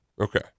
Okay